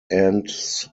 ends